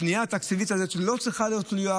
הפנייה התקציבית הזאת לא צריכה להיות תלויה